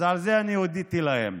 אז על זה אני הודיתי להם.